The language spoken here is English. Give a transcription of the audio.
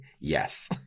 yes